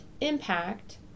impact